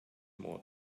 more